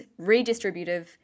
redistributive